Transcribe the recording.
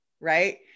right